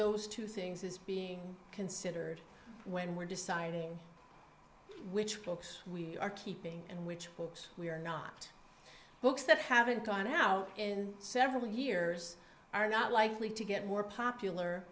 those two things is being considered when we're deciding which books we are keeping and which books we are not books that haven't gone out in several years are not likely to get more popular